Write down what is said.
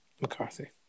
McCarthy